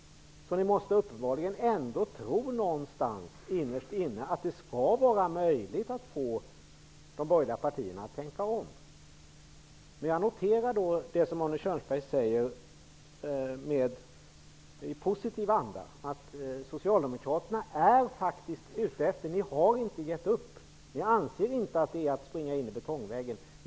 Ni måste uppenbarligen innerst inne tro att det skall vara möjligt att få de borgerliga partierna att tänka om. Jag noterar det Arne Kjörnsberg säger i positiv anda, att Socialdemokraterna inte har gett upp. Ni anser inte att det är att springa in i betongväggen.